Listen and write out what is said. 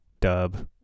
dub